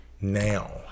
now